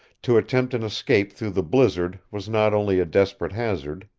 to attempt an escape through the blizzard was not only a desperate hazard.